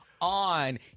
On